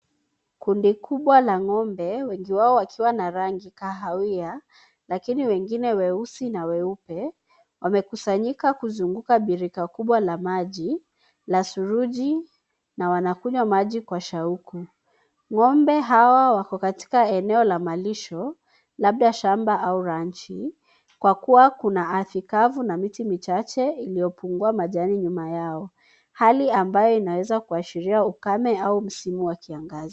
Kundi kubwa la ng'ombe, wengi wao wakiwa na rangi kahawia lakini wengine weusi na weupe. Wamekusanyika kuzunguka birika kubwa la maji ya saruji na wamekunywa maji kwa Shauku. Ng'ombe hawa wako katika eneo ya malisho labda shamba au ranchi, kwakuwa kuna ardhi kavu na miti michache iliyopungua majani nyuma yao. Hali ambao inaweza kuashiria ukame au msimu wa kiangazi.